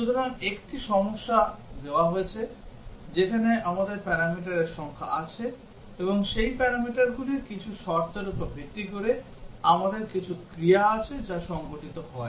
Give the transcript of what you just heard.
সুতরাং একটি সমস্যা দেওয়া হয়েছে যেখানে আমাদের প্যারামিটারের সংখ্যা আছে এবং সেই প্যারামিটারগুলির কিছু শর্তের উপর ভিত্তি করে আমাদের কিছু ক্রিয়া আছে যা সংঘটিত হয়